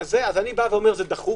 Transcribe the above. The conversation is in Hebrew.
אני אומר: זה דחוק.